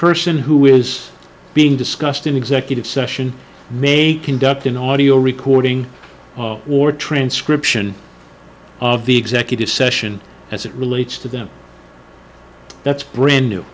person who is being discussed in executive session may conduct an audio recording or transcription of the executive session as it relates to them that's brand